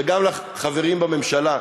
וגם לכם, חברים בממשלה,